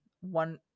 one –